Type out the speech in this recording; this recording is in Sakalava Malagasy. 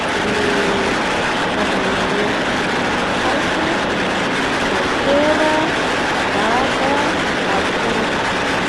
Karazagny zava-maneno titihy haiko: batera, daba, aponga.